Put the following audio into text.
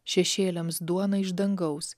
šešėliams duona iš dangaus